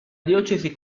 diocesi